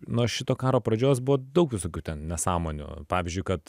nuo šito karo pradžios buvo daug visokių ten nesąmonių pavyzdžiui kad